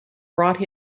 brought